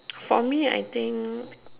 for me I think